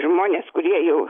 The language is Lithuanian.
žmonės kurie jau